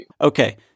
Okay